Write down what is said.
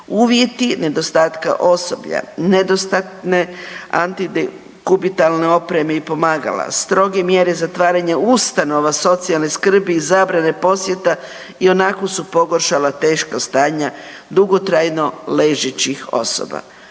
Uvjeti nedostatka osoblja, nedostatne antidekubitalne opreme i pomagala, stroge mjere zatvaranja ustanova socijalne skrbi i zabrane posjeta ionako su pogoršala teška strana dugotrajno ležećih osoba.